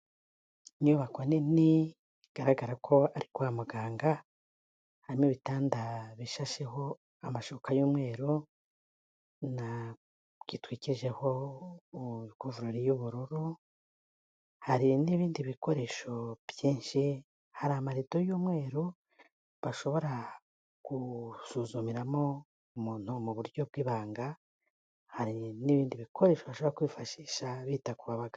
Inyubako nini bigaragara ko ari kwa muganga harimo ibitanda bishasheho amashuka y'umweru na gitwikije aho kuvurori y'ubururu hari n'ibindi bikoresho byinshi hari amarido y'umweru bashobora gusuzumiramo umuntu mu buryo bw'ibanga hari n'ibindi bikoresho bashobora kwifashisha bita ku bagana.